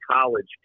college